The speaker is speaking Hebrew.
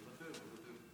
מוותר.